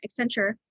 Accenture